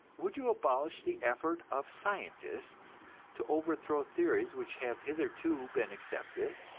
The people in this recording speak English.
would you abolish the effort of scientists to overthrow theories which have hitherto been accepted?